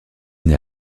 naît